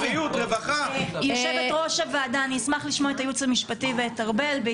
חבר הכנסת אופיר כץ, פעם